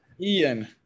Ian